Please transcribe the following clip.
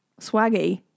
swaggy